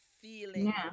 feeling